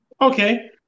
Okay